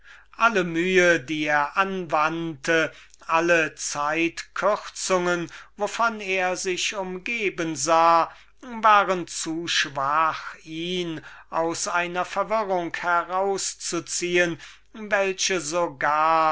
alle mühe die er anstrengte alle zeitkürzungen wovon er sich umgeben sah waren zu schwach ihn wieder aus einer verwirrung herauszuziehen welche